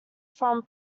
from